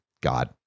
God